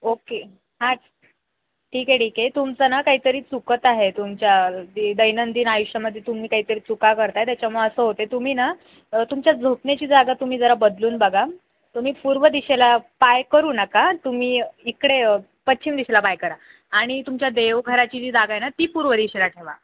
okay हां ठीकए ठीकए तुमचं ना काहीतरी चुकत आहे तुमच्या द दैनंदिन आयुष्यामध्ये तुम्ही काहीतरी चुका करताय त्याच्यामुळ असं होते तुम्ही ना तुमच्या झोपण्याची जागा तुम्ही जरा बदलून बघा तुम्ही पूर्व दिशेला पाय करू नका तुम्ही इकडे पश्चिम दिशेला पाय करा आणि तुमच्या देवघराची जी जागाय ना ती पूर्व दिशला ठेवा